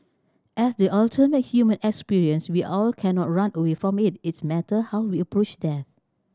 as the ultimate human experience we all cannot run away from it it's matter how we approach death